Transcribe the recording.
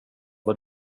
vad